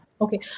Okay